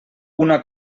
una